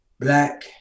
black